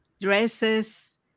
dresses